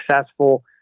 successful